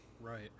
Right